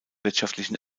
wirtschaftlichen